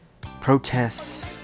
Protests